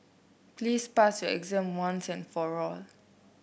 please pass your exam once and for all